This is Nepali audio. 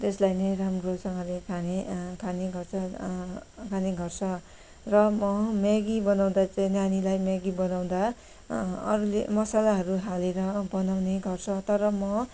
त्यसलाई नै राम्रोसँगले खाने खाने गर्छ र म मेगी बनाउँदा चाहिँ नानीलाई मेगी बनाउँदा अरूले मसालाहरू हालेर बनाउने गर्छ तर म